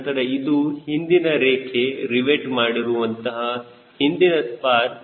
ನಂತರ ಇದು ಹಿಂದಿನ ರೇಖೆ ರಿವೆಟ್ ಮಾಡಿರುವಂತಹ ಹಿಂದಿನ ಸ್ಪಾರ್